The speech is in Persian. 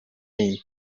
ایم